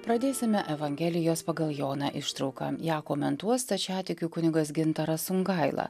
pradėsime evangelijos pagal joną ištrauką ją komentuos stačiatikių kunigas gintaras songaila